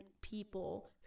people